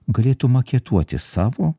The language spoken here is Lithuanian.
galėtų maketuoti savo